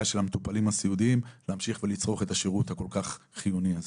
של המטופלים הסיעודיים להמשיך ולצרוך את השירות הכול כך חיוני הזה.